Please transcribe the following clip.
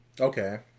okay